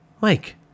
Mike